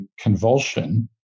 convulsion